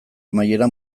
amaiera